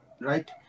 right